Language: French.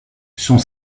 sont